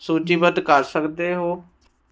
ਸੂਚੀਬੱਧ ਕਰ ਸਕਦੇ ਹੋ